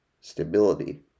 stability